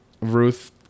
Ruth